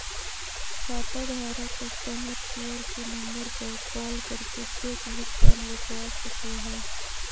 खाताधारक customer care के number पर कॉल करके चेक भुगतान रोकवा सको हय